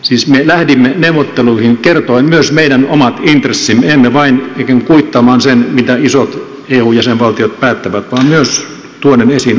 siis me lähdimme neuvotteluihin kertoen myös meidän omat intressimme emme ikään kuin vain kuittaamaan sitä mitä isot eu jäsenvaltiot päättävät vaan myös tuoden esiin omat intressimme